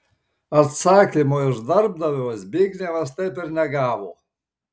atsakymo iš darbdavio zbignevas taip ir negavo